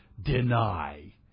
deny